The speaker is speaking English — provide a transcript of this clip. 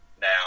now